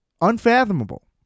unfathomable